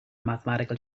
mathematical